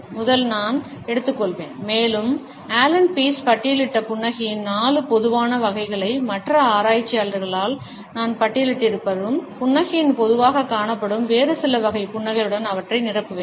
முதல்நான் எடுத்துக்கொள்வேன் மேலும் Allan Pease பட்டியலிட்ட புன்னகையின்4 பொதுவான வகைகளைமற்ற ஆராய்ச்சியாளர்களால் நான் பட்டியலிடப்பட்டிருக்கும் புன்னகையின் பொதுவாகக் காணப்படும் வேறு சில வகை புன்னகைகளுடன் அவற்றை நிரப்புவேன்